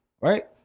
Right